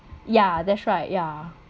ya that's right ya